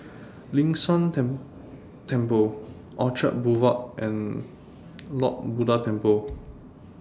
Ling San Teng Temple Boulevard and Lord Buddha Temple